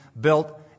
built